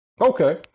Okay